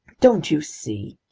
don't you see,